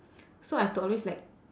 so I have to always like